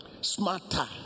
smarter